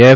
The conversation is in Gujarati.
એફ